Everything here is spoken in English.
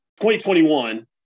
2021